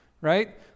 right